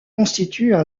constituent